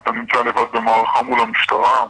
אתה נמצא לבד במערכה מול המשטרה.